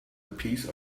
piece